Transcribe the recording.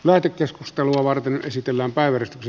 lähetekeskustelua varten esitellään päiväretki